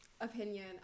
opinion